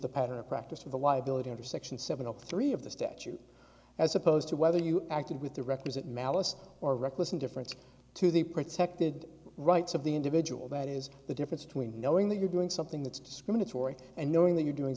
the pattern or practice of the liability under section seven all three of the statute as opposed to whether you acted with the requisite malice or reckless indifference to the protected rights of the individual that is the difference between knowing that you're doing something that's discriminatory and knowing that you're doing